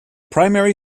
primary